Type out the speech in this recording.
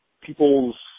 people's –